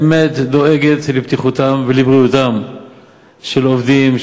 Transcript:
באמת דואגת לבטיחותם ולבריאותם של עובדים,